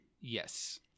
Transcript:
Yes